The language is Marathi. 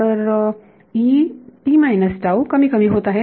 तर कमी कमी होत आहे